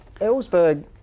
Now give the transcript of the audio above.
Ellsberg